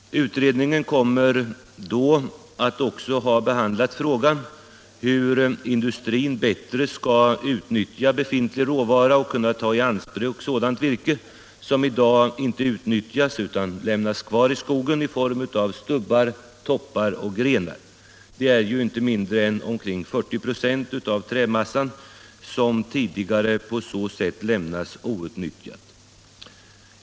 Utredningen kommer då också att ha behandlat frågan om hur industrin bättre skall utnyttja befintlig råvara och kunna ta i anspråk sådant virke som i dag inte utnyttjas utan lämnas kvar i skogen i form av stubbar, toppar och grenar. Inte mindre än 40 96 av trämassan har tidigare på så sätt lämnats outnyttjad.